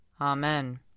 Amen